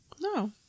No